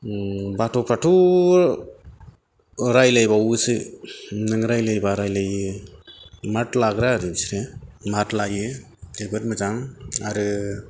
बाथ'फ्राथ' रायलायबावोसो नों रायलायबा रायलायो मात लाग्रा आरो बिसोरो मात लायो बेफोर मोजां आरो